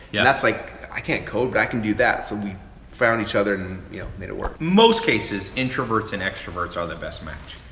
yeah that's like, i can't code, but i can do that, so we found each other, and you know made it work. most cases introverts and extroverts are the best match.